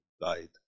died